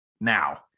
now